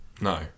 No